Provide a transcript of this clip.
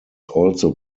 also